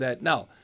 Now